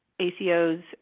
ACOs